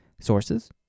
sources